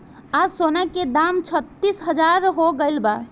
आज सोना के दाम छत्तीस हजार हो गइल बा